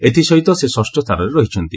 ଏଥିସହିତ ସେ ଷଷ୍ଠ ସ୍ଥାନରେ ରହିଛନ୍ତି